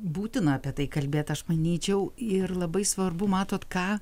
būtina apie tai kalbėt aš manyčiau ir labai svarbu matot ką